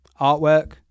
Artwork